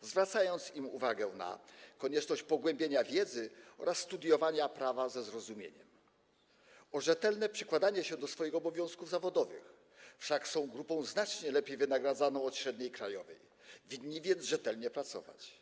zwracając im uwagę na konieczność pogłębienia wiedzy oraz studiowania prawa ze zrozumieniem, rzetelne podchodzenie, przykładanie się do swoich obowiązków zawodowych, wszak są grupą znacznie lepiej wynagradzaną, powyżej średniej krajowej, winni więc rzetelnie pracować?